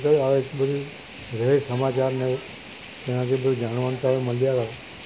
જે આવે છે બધું જે સમાચાર ને તેનાથી બધું જાણવાનું સારું મળી આવે